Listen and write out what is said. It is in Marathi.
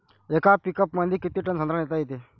येका पिकअपमंदी किती टन संत्रा नेता येते?